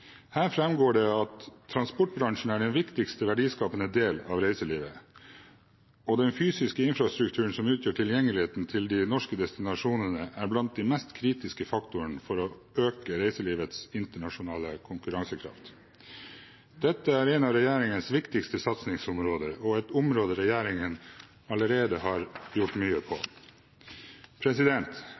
Her fremgår det at transportbransjen er den viktigste verdiskapende del av reiselivet, og den fysiske infrastrukturen som utgjør tilgjengeligheten til de norske destinasjonene, er blant de mest kritiske faktorene for å øke reiselivets internasjonale konkurransekraft. Dette er et av regjeringens viktigste satsingsområder og et område regjeringen allerede har gjort mye på.